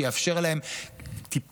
שיאפשר להם טיפול,